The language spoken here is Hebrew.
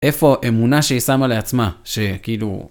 איפה אמונה שהיא שמה לעצמה, שכאילו...